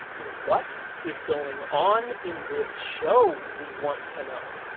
what is going on in this show, we want to know?